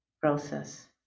process